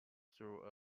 through